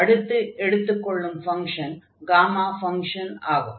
அடுத்து எடுத்துக் கொள்ளும் ஃபங்ஷன் காமா ஃபங்ஷன் ஆகும்